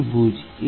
চতুর্ভুজ